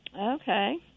Okay